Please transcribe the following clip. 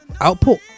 output